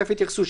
תכף יתייחסו,